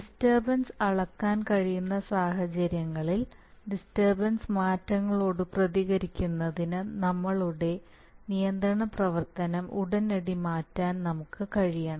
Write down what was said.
disturbance അളക്കാൻ കഴിയുന്ന സാഹചര്യങ്ങളിൽ ഡിസ്റ്റർബൻസ് മാറ്റങ്ങളോട് പ്രതികരിക്കുന്നതിന് നമ്മളുടെ നിയന്ത്രണ പ്രവർത്തനം ഉടനടി മാറ്റാൻ നമുക്ക് കഴിയണം